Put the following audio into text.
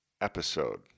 episode